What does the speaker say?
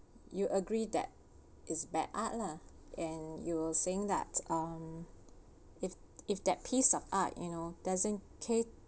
you agree that it's bad art lah and you were saying that uh if if that piece of art you know doesn't ca~